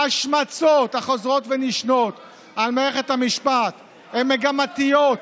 ההשמצות החוזרות ונשנות על מערכת המשפט הן מגמתיות.